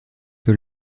que